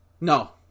No